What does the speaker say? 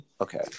okay